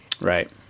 Right